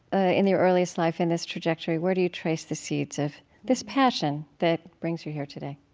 ah in the earliest life, in this trajectory, where do you trace the seeds of this passion that brings you here today?